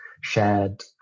shared